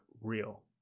real